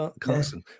Carson